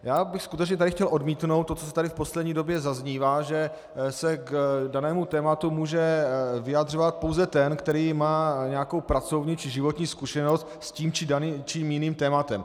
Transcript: Já bych tady skutečně chtěl odmítnout to, co tady v poslední době zaznívá, že se k danému tématu může vyjadřovat pouze ten, který má nějakou pracovní či životní zkušenost s tím či jiným tématem.